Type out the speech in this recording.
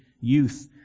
youth